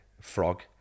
Frog